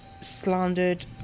slandered